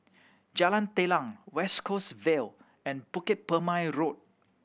Jalan Telang West Coast Vale and Bukit Purmei Road